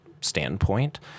standpoint